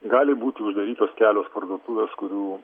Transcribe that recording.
gali būti uždarytos kelios parduotuvės kurių